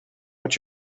what